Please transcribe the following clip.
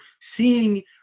seeing